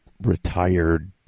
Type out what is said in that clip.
retired